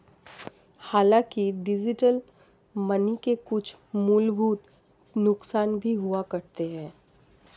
हांलाकि digital money के कुछ मूलभूत नुकसान भी हुआ करते हैं